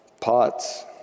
pots